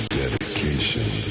dedication